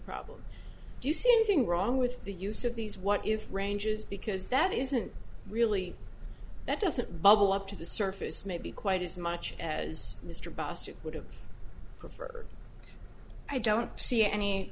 problem do you see anything wrong with the use of these what if ranges because that isn't really that doesn't bubble up to the surface maybe quite as much as mr boster would have preferred i don't see any